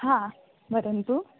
हा वदन्तु